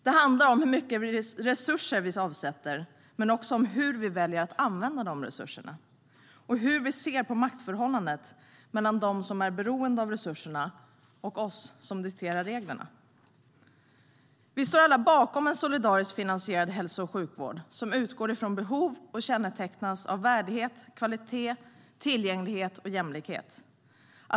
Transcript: Det handlar om hur mycket resurser vi avsätter men också om hur vi väljer att använda de resurserna och om hur vi ser på maktförhållandet mellan dem som är beroende av resurserna och oss som dikterar reglerna. Vi står alla bakom en solidariskt finansierad hälso och sjukvård som utgår från behov och kännetecknas av värdighet, kvalitet, tillgänglighet och jämlikhet.